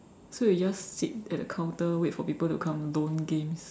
so we just sit at the counter wait for people to come loan games